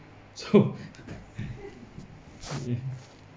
so